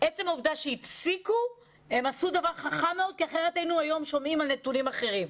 הם עשו דבר חכם מאוד שהם הפסיקו כי אחרת היינו שומעים נתונים אחרים.